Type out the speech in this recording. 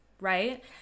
right